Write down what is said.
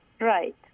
Right